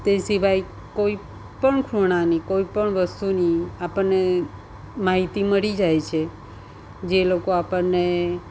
તે સિવાય કોઈ પણ ખૂણાની કોઈ પણ વસ્તુની આપણને માહિતી મળી જાય છે જે લોકો આપણને